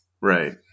right